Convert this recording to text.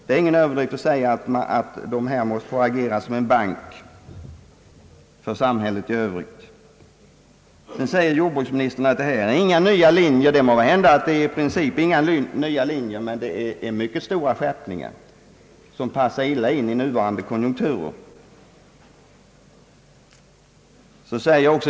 Det är då ingen överdrift att här tala om en bank för samhället i övrigt. Nu säger jordbruksministern att detta är ju inga nya linjer. Det kan väl hända att det i princip inte är det, men det är mycket stora skärpningar som passar illa i nuvarande konjunkturläge.